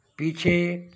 पीछे